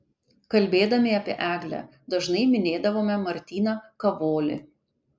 kalbėdami apie eglę dažnai minėdavome martyną kavolį